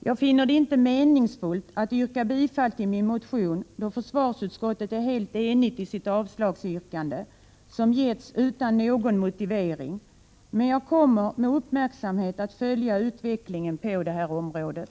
Jag finner det inte meningsfullt att yrka bifall till min motion, då försvarsutskottet är helt enigt i sitt avslagsyrkande, som avgetts utan någon motivering. Men jag kommer med uppmärksamhet att följa utvecklingen på det här området.